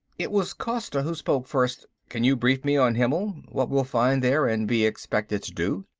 it was costa who spoke first. can you brief me on himmel what we'll find there, and be expected to do?